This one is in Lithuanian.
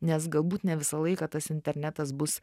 nes galbūt ne visą laiką tas internetas bus